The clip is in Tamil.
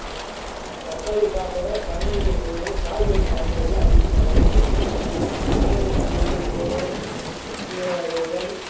தக்காளி சாப்பாடை சமையல் செய்வது காய்கறி சாப்பாடுக்குலாம் அதிக நேரம் ஒதுக்குங்கள் காய்கறி முருங்கைக் கீரை கீரை வகைகள்